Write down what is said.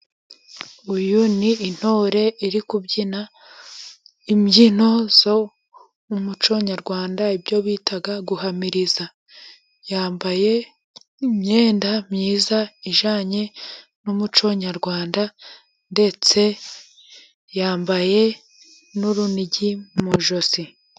Uyu ni intore iri kubyina imbyino zo mu muco nyarwanda; ibyo bitaga guhamiriza, yambaye imyenda myiza ijyanye n'umuco nyarwanda ndetse yambaye n'urunigi mu ijosi.